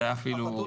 זה החתול